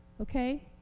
Okay